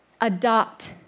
adopt